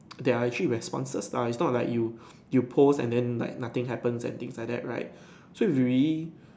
there are actually responses lah it's not like you you post and then like nothing happens and things like that right so you really